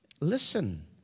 listen